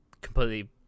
completely